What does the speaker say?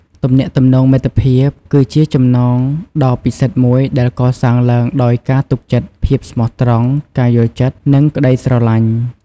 ទំនាក់ទំនងមិត្តភាព គឺជាចំណងដ៏ពិសិដ្ឋមួយដែលកសាងឡើងដោយការទុកចិត្ត ភាពស្មោះត្រង់ ការយល់ចិត្ត និងក្តីស្រឡាញ់។